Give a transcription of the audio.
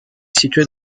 située